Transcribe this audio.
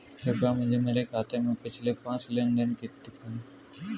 कृपया मुझे मेरे खाते से पिछले पाँच लेन देन दिखाएं